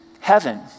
heaven